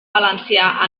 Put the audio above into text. valencià